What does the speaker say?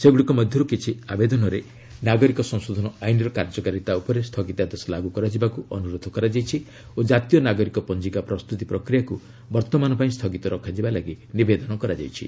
ସେଗୁଡ଼ିକ ମଧ୍ୟରୁ କିଛି ଆବେଦନରେ ନାଗରିକ ସଂଶୋଧନ ଆଇନର କାର୍ଯ୍ୟକାରିତା ଉପରେ ସ୍ଥଗିତାଦେଶ ଲାଗୁ କରାଯିବାକୁ ଅନୁରୋଧ କରାଯାଇଛି ଓ ଜାତୀୟ ନାଗରିକ ପଞ୍ଜିକା ପ୍ରସ୍ତୁତି ପ୍ରକ୍ରିୟାକୁ ବର୍ଭମାନପାଇଁ ସ୍ଥଗିତ ରଖିବାକୁ ନିବେଦନ କରାଯାଇଛି